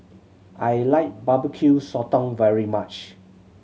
I like Barbecue Sotong very much